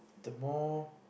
the more